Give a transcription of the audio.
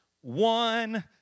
one